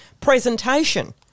Presentation